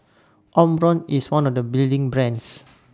Omron IS one of The leading brands